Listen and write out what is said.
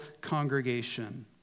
congregation